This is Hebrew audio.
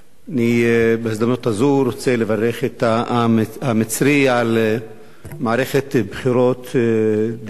אני בהזדמנות הזאת רוצה לברך את העם המצרי על מערכת בחירות דמוקרטית,